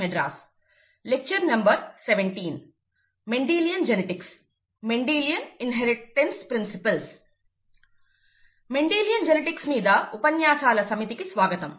Mendelian genetics Mendelian inheritance principles Mendelian genetics మీద ఉపన్యాసాల సమితికి స్వాగతం